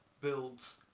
builds